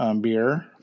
beer